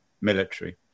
military